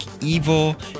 evil